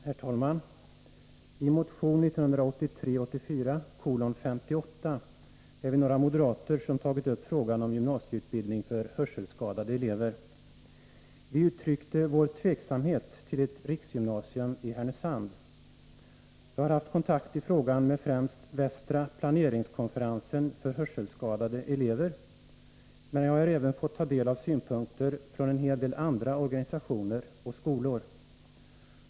Herr talman! I motion 1983/84:58 har jag och några andra moderater tagit upp frågan om gymnasieutbildning för hörselskadade elever. Vi uttryckte vår tveksamhet till ett riksgymnasium i Härnösand. Jag har haft kontakt i frågan med främst västra planeringskonferensen för hörselskadade elever, men jag har även fått ta del av synpunkter från en hel del andra organisationer och skolor.